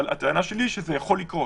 אבל הטענה שלי שזה יכול לקרות.